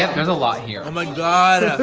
yeah there's a lot here oh, my god